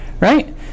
right